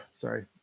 Sorry